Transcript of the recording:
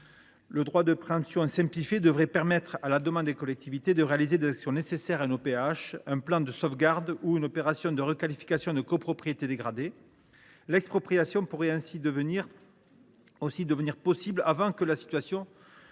Le droit de préemption simplifié devrait permettre, à la demande des collectivités, de réaliser des actions nécessaires à un office public de l’habitat (OPH), un plan de sauvegarde ou une opération de requalification de copropriétés dégradées. L’expropriation pourrait ainsi devenir possible avant que la situation ne soit devenue irrémédiable.